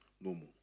normal